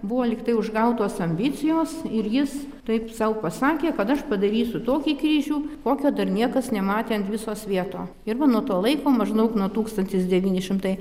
buvo lyg tai užgautos ambicijos ir jis taip sau pasakė kad aš padarysiu tokį kryžių kokio dar niekas nematė ant viso svieto ir va nuo to laiko maždaug nuo tūkstantis devyni šimtai